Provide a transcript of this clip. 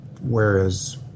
whereas